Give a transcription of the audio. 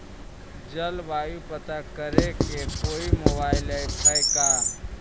जलवायु पता करे के कोइ मोबाईल ऐप है का?